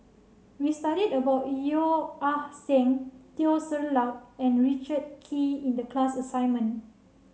we studied about Yeo Ah Seng Teo Ser Luck and Richard Kee in the class assignment